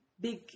big